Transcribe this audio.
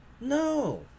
No